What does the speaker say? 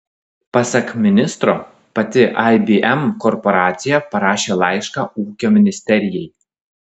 pasak ministro pati ibm korporacija parašė laišką ūkio ministerijai